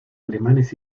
alemanes